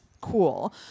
cool